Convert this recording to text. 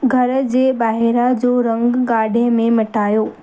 घर जे ॿाहिरि जो रंग गाढ़े में मटायो